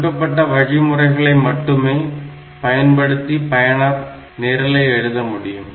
கொடுக்கப்பட்ட வழிமுறைகளை மட்டுமே பயன்படுத்தி பயனர் நிரலை எழுத முடியும்